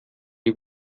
die